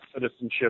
citizenship